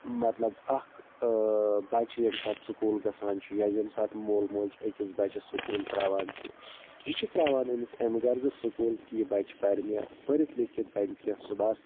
مطلب اَکھ بَچہِ ییٚمہِ ساتہٕ سکوٗل گژھان چھُ یا ییٚمہِ ساتہٕ مول موج أکِس بَچَس سکوٗل ترٛاوان چھِ یہِ چھِ ترٛاوان أمِس اَمہِ غرضہٕ سکوٗل کہِ یہِ بَچہِ پَر مےٚ پٔرِتھ لیٖکھِتھ بَنہِ کیٚنٛہہ صُبحس